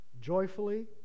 joyfully